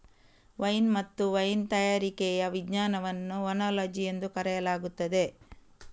wine ಮತ್ತು wine ತಯಾರಿಕೆಯ ವಿಜ್ಞಾನವನ್ನು ಓನಾಲಜಿ ಎಂದು ಕರೆಯಲಾಗುತ್ತದೆ